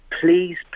Please